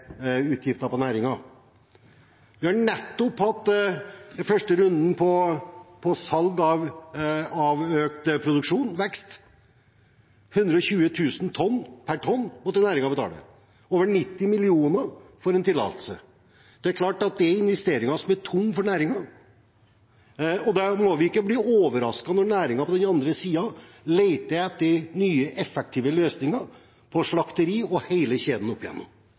utgifter for næringen. Vi har nettopp hatt den første runden om salg av økt produksjon, vekst. 120 000 kr per tonn måtte næringen betale, over 90 mill. kr for en tillatelse. Det er klart at det er investeringer som er tunge for næringen, så vi må ikke bli overrasket når næringen på den andre siden leter etter nye, effektive løsninger for slakt og hele kjeden